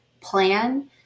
plan